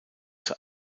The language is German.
zur